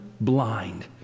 blind